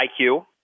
IQ